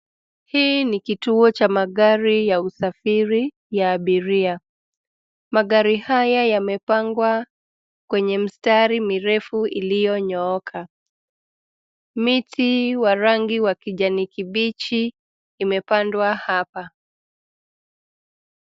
Hii ni kituo cha magari ya usafiri ya abiria. Magari haya yamepangwa kwenye mstari mirefu iliyonyooka. Miti wa rangi wa kijani kibichi imepandwa hapa.